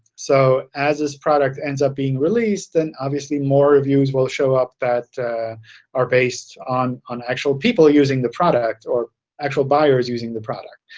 so as this product ends up being released, then obviously more reviews will show up that are based on on actual people using the product or actual buyers using the product.